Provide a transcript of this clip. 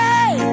Hey